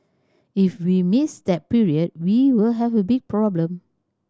if we miss that period we will have a big problem